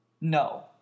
No